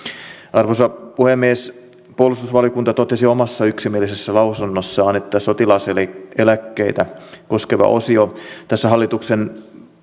arvoisa puhemies puolustusvaliokunta totesi omassa yksimielisessä lausunnossaan että sotilaseläkkeitä koskeva osio tässä hallituksen